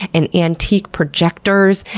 and antique projectors,